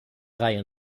reihe